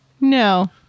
no